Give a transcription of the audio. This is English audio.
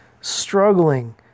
struggling